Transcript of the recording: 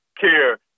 care